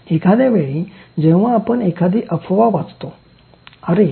एखाद्या वेळी जेव्हा आपण एखादी अफवा वाचता अरे